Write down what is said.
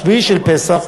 שביעי של פסח,